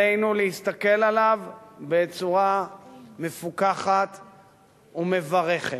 עלינו להסתכל עליו בצורה מפוכחת ומברכת.